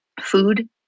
Food